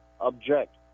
Object